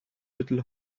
little